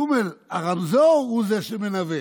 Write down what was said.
טומל, הרמזור הוא שמנווט,